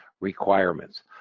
requirements